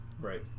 Right